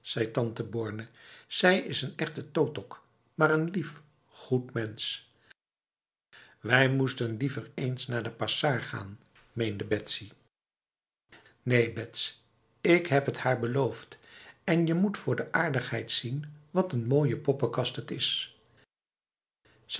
tante borne zij is een echte totok maar n lief goed mens we moesten liever eens naar de pasar gaan meende betsy neen bets ik heb het haar beloofd en je moet voor de aardigheid zien wat een mooie poppenkast het is